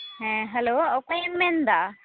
ᱦᱮᱸ ᱦᱮᱞᱳ ᱚᱠᱚᱭᱮᱢ ᱢᱮᱱ ᱮᱫᱟ